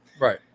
Right